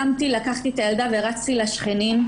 קמתי, לקחתי את הילדה ורצתי לשכנים.